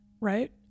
right